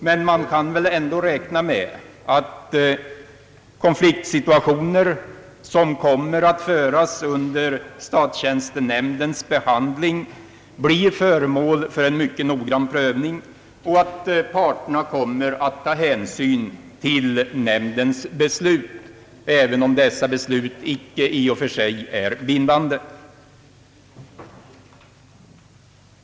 Men vi kan väl ändå räkna med att konfliktsituationer, som kommer att föras under statstjänstenämndens behandling, blir föremål för mycket noggrann prövning och att parterna kommer att ta hänsyn till nämndens beslut även om dessa icke i och för sig är bindande.